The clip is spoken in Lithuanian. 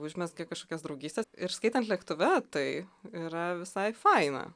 užmezga kažkokias draugystes ir skaitant lėktuve tai yra visai faina